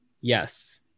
yes